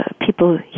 People